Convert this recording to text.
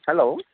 hello